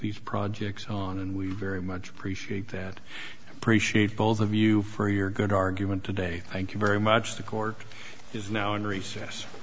these projects on and we very much appreciate that appreciate both of you for your good argument today thank you very much the court is now in recess